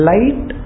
Light